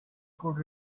could